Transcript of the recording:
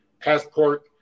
passport